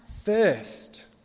first